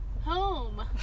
home